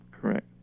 Correct